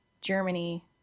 Germany